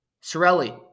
Sorelli